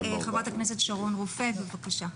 חברת הכנסת שרון רופא, בבקשה.